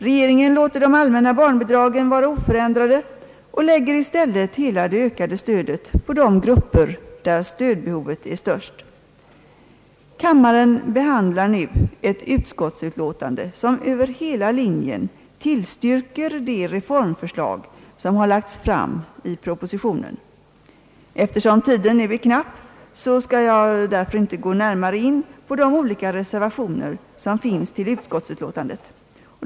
Regeringen låter de allmänna barnbidragen vara oförändrade och lägger i stället hela det ökade stödet på de grupper där stödbehovet är störst. Kammaren behandlar nu ett utskottsutlåtande som över hela linjen tillstyrker de reformförslag som har lagts fram i propositionen. Eftersom tiden nu är knapp skall jag inte gå närmare in på de olika reservationer som fogats till utskottsutlåtandet.